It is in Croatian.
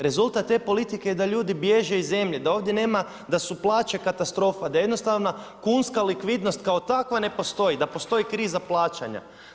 Rezultat te politike je da ljudi bježe iz zemlje, da ovdje nema, da su plaće katastrofa, da jednostavno kunska likvidnost kao takva ne postoji, da postoji kriza plaćanja.